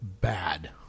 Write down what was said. bad